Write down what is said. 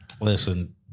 Listen